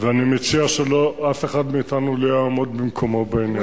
ואני מציע שאף אחד מאתנו לא יעמוד במקומו בעניין הזה.